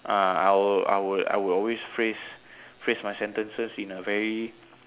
uh I would I would I would always phrase phrase my sentences in a very